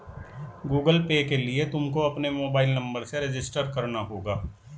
Google Pay के लिए तुमको अपने मोबाईल नंबर से रजिस्टर करना होगा